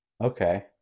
Okay